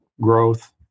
growth